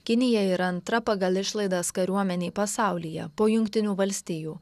kinija yra antra pagal išlaidas kariuomenė pasaulyje po jungtinių valstijų